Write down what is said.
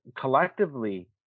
collectively